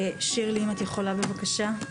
שירלי אם את יכולה בבקשה.